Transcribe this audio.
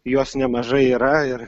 jos nemažai yra ir